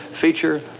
feature